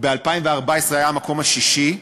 ב-2014 הוא היה במקום השישי,